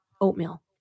oatmeal